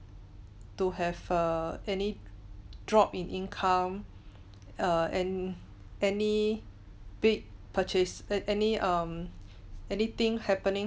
to have err any drop in income err and any big purchase any any um anything happening